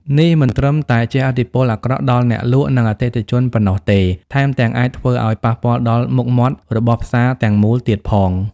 នេះមិនត្រឹមតែជះឥទ្ធិពលអាក្រក់ដល់អ្នកលក់ និងអតិថិជនប៉ុណ្ណោះទេ ថែមទាំងអាចធ្វើឱ្យប៉ះពាល់ដល់មុខមាត់របស់ផ្សារទាំងមូលទៀតផង។